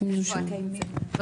אני מארגון "נבחרות",